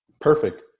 Perfect